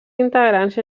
integrants